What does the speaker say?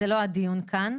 זה לא הדיון כאן.